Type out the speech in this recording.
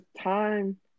time